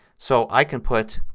so i can put